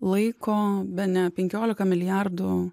laiko bene penkiolika milijardų